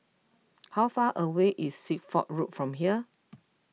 how far away is Suffolk Road from here